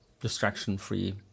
distraction-free